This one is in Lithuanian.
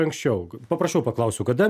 anksčiau paprasčiau paklausiu kada